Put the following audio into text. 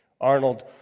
Arnold